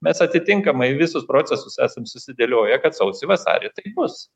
mes atitinkamai visus procesus esam susidėlioję kad sausį vasarį taip bus